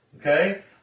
Okay